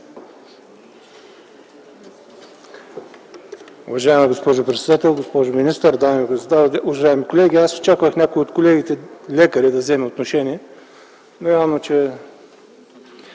Уважаема госпожо председател, госпожо министър, дами и господа, уважаеми колеги! Аз очаквах някои от колегите лекари да вземе отношение, но явно че ...